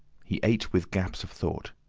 he ate with gaps of thought.